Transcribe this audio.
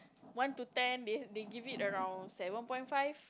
one to ten they they give it around seven point five